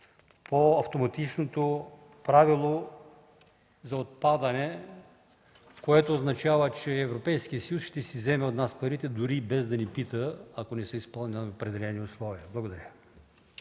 по автоматичното правило за отпадане, което означава, че Европейският съюз ще си вземе от нас парите, дори без да ни пита, ако не са изпълнени определени условия. Благодаря.